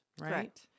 right